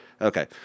Okay